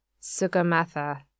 Sugamatha